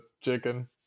chicken